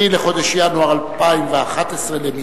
10 בחודש ינואר 2011 למניינם.